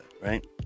right